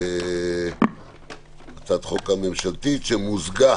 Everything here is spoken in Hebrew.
הצעת חוק ממשלתית שמוזגה